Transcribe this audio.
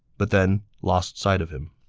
but then lost sight of him.